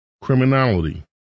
criminality